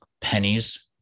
pennies